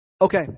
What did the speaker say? Okay